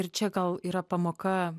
ir čia gal yra pamoka